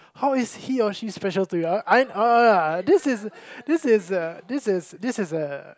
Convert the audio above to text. how is he or she special to you uh I uh this is this is the this is this is the